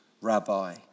rabbi